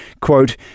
Quote